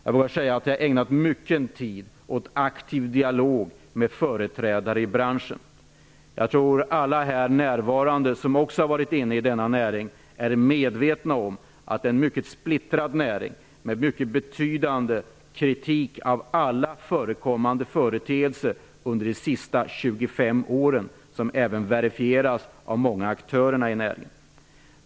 Jag har ägnat mycket tid åt aktiv dialog med företrädare i branschen. Jag tror alla här närvarande som också har haft kontakt med denna näring är medvetna om att det är en mycket splittrad näring. Det har förekommit betydande kritik av alla förekommande företeelser under de senaste 25 åren, vilket även verifieras av många aktörer inom näringen.